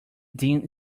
dim